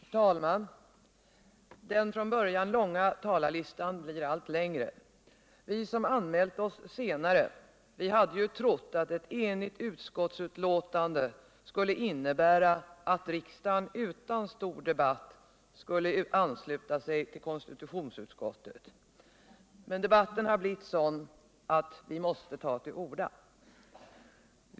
Herr talman! Den från början långa talarlistan blir allt längre. Vi som anmält oss senare hade ju trott att ett enigt utskottsbetänkande skulle innebära att riksdagen utan stor debatt skulle ansluta sig till konstitutionsutskottets förslag. Men debatten har blivit sådan att vi måste ta till orda.